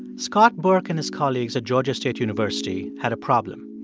scott burke and his colleagues at georgia state university had a problem.